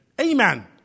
Amen